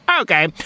okay